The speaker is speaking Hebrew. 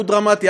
שהוא דרמטי,